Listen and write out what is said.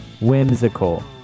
whimsical